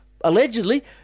allegedly